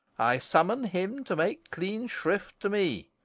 i summon him to make clean shrift to me.